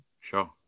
Sure